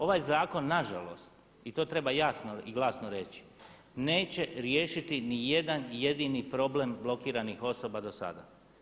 Ovaj zakon nažalost i to treba jasno i glasno reći neće riješiti ni jedan jedini problem blokiranih osoba dosada.